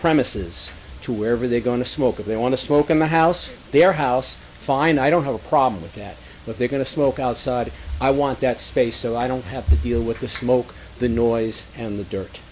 premises to wherever they're going to smoke if they want to smoke in my house their house fine i don't have a problem with that but they're going to smoke outside i want that space so i don't have to deal with the smoke the noise and the dirt